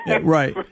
Right